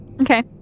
Okay